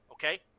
Okay